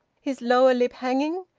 his lower lip hanging.